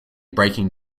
breaking